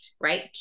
right